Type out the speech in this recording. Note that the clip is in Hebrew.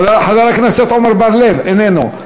חבר הכנסת עמר בר-לב, איננו.